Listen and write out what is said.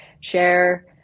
share